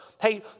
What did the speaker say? hey